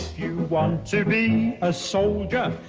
you want to be a soldier.